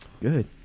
good